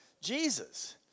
Jesus